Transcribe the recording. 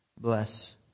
bless